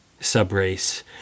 subrace